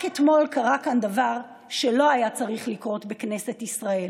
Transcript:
רק אתמול קרה כאן דבר שלא היה צריך לקרות בכנסת ישראל: